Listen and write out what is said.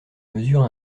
mesures